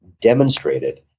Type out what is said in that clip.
demonstrated